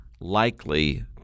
likely